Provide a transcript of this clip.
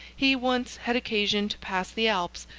he once had occasion to pass the alps,